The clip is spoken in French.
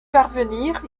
parvenir